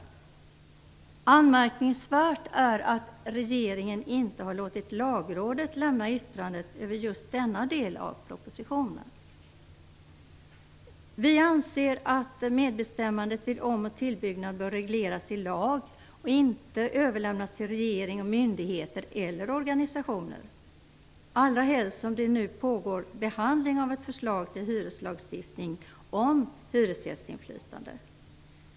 Det är anmärkningsvärt att regeringen inte har låtit lagrådet lämna ett yttrande över just den del av propositionen. Vi anser att medbestämmandet vid om och tillbyggnad bör regleras i lag och inte överlämnas till regering och myndigheter eller organisationer, speciellt som det nu pågår behandling av ett förslag till hyreslagstiftning om hyresgästinflytande.